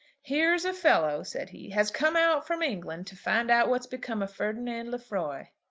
here's a fellow, said he, has come out from england to find out what's become of ferdinand lefroy.